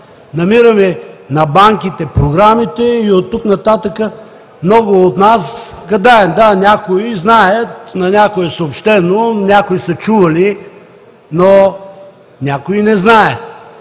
намираме на банките програмите и оттук нататък много от нас гадаем. Да, някои знаят, на някои е съобщено, някои са чували, но някои не знаят,